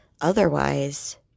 Otherwise